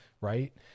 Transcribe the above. Right